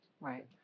Right